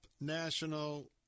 national